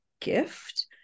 gift